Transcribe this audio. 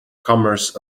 commerce